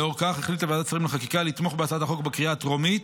לאור זאת החליטה ועדת שרים לחקיקה לתמוך בהצעת החוק בקריאה הטרומית,